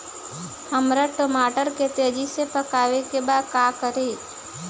हमरा टमाटर के तेजी से पकावे के बा का करि?